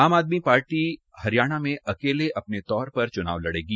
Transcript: आम आदमी पार्टी आप हरियाणा में अकेले अपने तौर पर चुनाव लड़ेगी